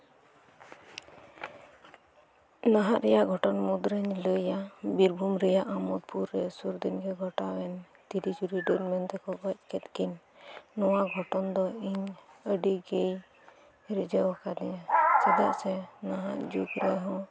ᱱᱟᱦᱟᱜ ᱨᱮᱭᱟᱜ ᱜᱷᱚᱴᱚᱱ ᱢᱩᱫ ᱨᱤᱧ ᱞᱟᱹᱭᱟ ᱵᱤᱨᱵᱷᱩᱢ ᱨᱮᱭᱟᱜ ᱟᱢᱳᱫᱯᱩᱨ ᱨᱮ ᱥᱩᱨ ᱫᱤᱱ ᱜᱮ ᱜᱷᱚᱴᱟᱣᱮᱱ ᱛᱤᱨᱤ ᱡᱩᱨᱤ ᱰᱟᱹᱱ ᱢᱮᱱᱛᱮᱠᱚ ᱜᱚᱡ ᱠᱮᱫ ᱠᱤᱱ ᱱᱚᱣᱟ ᱜᱷᱚᱴᱚᱱ ᱫᱚ ᱤᱧ ᱟᱹᱰᱤ ᱜᱮ ᱨᱤᱡᱷᱟᱹᱣᱟᱠᱚᱫᱤᱧᱟᱹ ᱪᱮᱫᱟᱜ ᱥᱮ ᱱᱟᱦᱟᱜ ᱡᱩᱜᱽ ᱨᱮᱦᱚᱸ